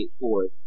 forward